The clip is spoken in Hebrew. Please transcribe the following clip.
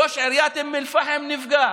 ראש עיריית אום אל-פחם נפגע,